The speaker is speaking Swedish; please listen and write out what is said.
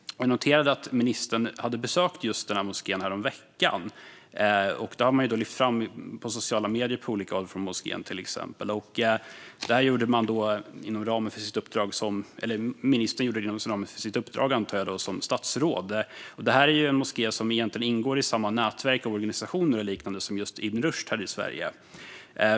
Jag noterade att ministern besökte just den moskén häromveckan. Det har man från moskén lyft fram i sociala medier. Ministern gjorde detta inom ramen för sitt uppdrag som statsråd, antar jag. Detta är ju en moské som egentligen ingår i samma nätverk och organisationer och liknande som just Ibn Rushd.